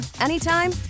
anytime